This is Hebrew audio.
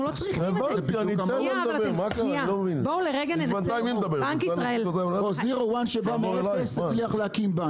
אנחנו לא צריכים את זה --- או וואן זירו שבא מאפס והצליח להקים בנק.